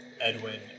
Edwin